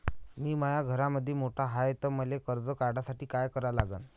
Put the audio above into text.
मी माया घरामंदी मोठा हाय त मले कर्ज काढासाठी काय करा लागन?